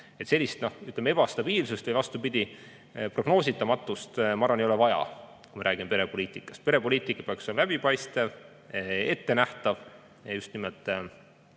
ütleme, ebastabiilsust või prognoosimatust, ma arvan, ei ole vaja, kui me räägime perepoliitikast. Perepoliitika peaks olema läbipaistev, ettenähtav, just nimelt